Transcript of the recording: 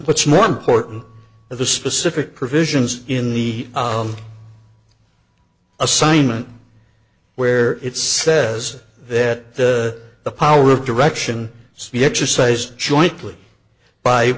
what's more important the specific provisions in the assignment where it says that the the power of direction c exercise jointly by